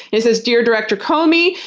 it says, dear director comey,